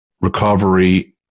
recovery